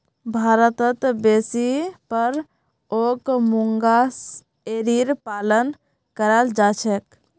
भारतत बेसी पर ओक मूंगा एरीर पालन कराल जा छेक